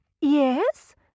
Yes